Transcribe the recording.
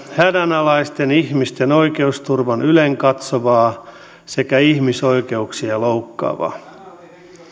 hädänalaisten ihmisten oikeusturvan ylenkatsovaa sekä ihmisoikeuksia loukkaavaa